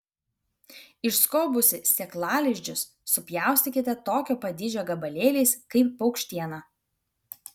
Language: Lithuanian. išskobusi sėklalizdžius supjaustykite tokio pat dydžio gabalėliais kaip paukštieną